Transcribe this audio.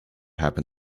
happen